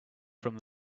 from